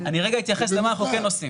אני רגע אתייחס למה אנחנו כן עושים.